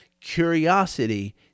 Curiosity